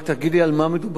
רק תגיד לי על מה מדובר.